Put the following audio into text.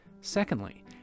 Secondly